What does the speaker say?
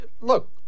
Look